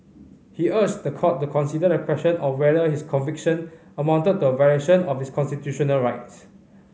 he urged the court to consider the question of whether his conviction amounted to a violation of his constitutional rights